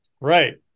Right